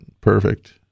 Perfect